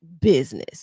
business